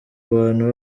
abana